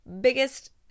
biggest